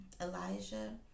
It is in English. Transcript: Elijah